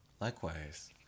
Likewise